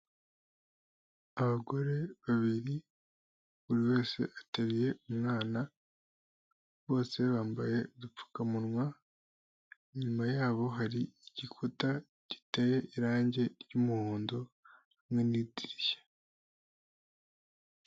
Abagore babiri buri wese ateruye umwana bose bambaye udupfukamunwa; inyuma yabo hari igikuta giteye irange ry'umuhondo hamwe n'idirishya.